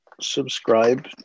subscribe